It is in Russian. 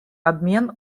обмен